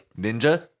Ninja